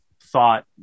thought